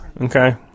okay